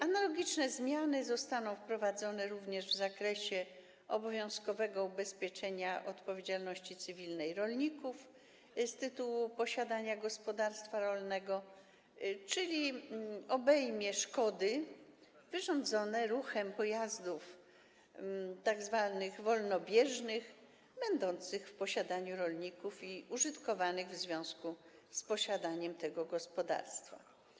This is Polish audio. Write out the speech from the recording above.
Analogiczne zmiany zostaną wprowadzone również w zakresie obowiązkowego ubezpieczenia odpowiedzialności cywilnej rolników z tytułu posiadania gospodarstwa rolnego, czyli obejmie ono szkody wyrządzone ruchem pojazdów tzw. wolnobieżnych będących w posiadaniu rolników i użytkowanych w związku z posiadaniem gospodarstwa.